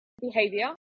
behavior